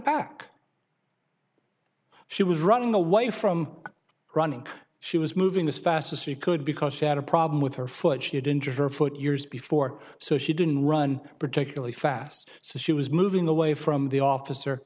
back she was running away from running she was moving as fast as she could because she had a problem with her foot it into her foot years before so she didn't run particularly fast so she was moving away from the officer